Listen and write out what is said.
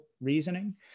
reasoning